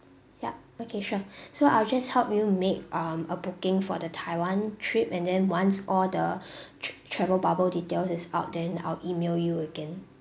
yup okay sure so I will just help you make um a booking for the taiwan trip and then once all the tr~ travel bubble details is out then I'll email you again